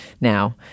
now